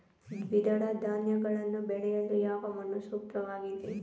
ದ್ವಿದಳ ಧಾನ್ಯಗಳನ್ನು ಬೆಳೆಯಲು ಯಾವ ಮಣ್ಣು ಸೂಕ್ತವಾಗಿದೆ?